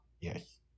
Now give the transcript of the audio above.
Yes